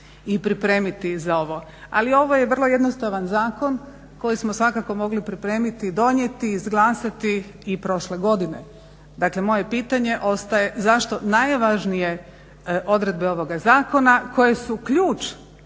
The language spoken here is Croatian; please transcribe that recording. i pripremiti za ovo, ali ovo je vrlo jednostavan zakon koji smo svakako mogli pripremiti, donijeti, izglasati i prošle godine. Dakle moje pitanje ostaje zašto najvažnije odredbe ovoga zakona koje su ključ